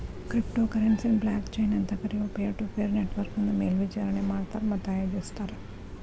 crypto ಕರೆನ್ಸಿನ blockchain ಅಂತ್ ಕರಿಯೊ ಪೇರ್ಟುಪೇರ್ ನೆಟ್ವರ್ಕ್ನಿಂದ ಮೇಲ್ವಿಚಾರಣಿ ಮಾಡ್ತಾರ ಮತ್ತ ಆಯೋಜಿಸ್ತಾರ